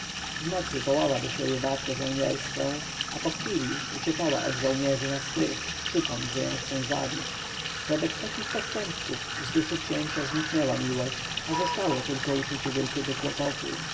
w nocy wołała do siebie wartę żołnierską a po chwili uciekała od żołnierzy na strych krzycząc że ją chcą zabić wobec takich postępków z duszy księcia zniknęła miłość a zostało tylko uczucie wielkiego kłopotu